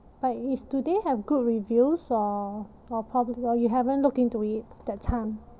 but is do they have good reviews or or prob~ you haven't look into it that time